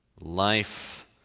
life